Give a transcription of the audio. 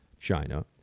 China